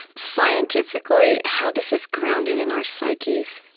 scientifically, how this is grounded in our psyches?